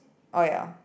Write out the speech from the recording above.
orh ya